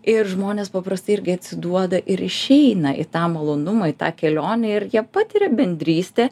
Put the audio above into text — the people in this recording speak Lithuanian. ir žmonės paprastai irgi atsiduoda ir išeina į tą malonumą į tą kelionę ir jie patiria bendrystę